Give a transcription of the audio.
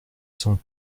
cent